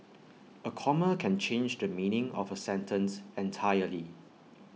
A comma can change the meaning of A sentence entirely